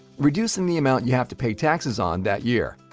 reducing the amount you have to pay taxes on that year.